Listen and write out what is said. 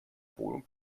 wohnung